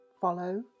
Follow